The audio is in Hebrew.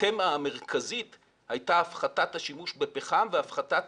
התמה המרכזית הייתה הפחתת השימוש בפחם והפחתת